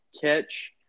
catch